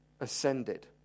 ascended